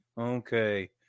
okay